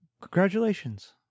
Congratulations